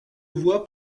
voie